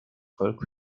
volk